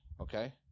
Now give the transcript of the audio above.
Okay